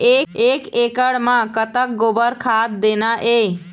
एक एकड़ म कतक गोबर खाद देना ये?